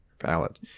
valid